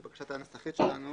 לבקשת הנסחית שלנו.